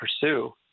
pursue